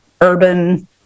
urban